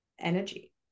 energy